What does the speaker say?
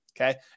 okay